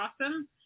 awesome